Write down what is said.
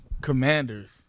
Commanders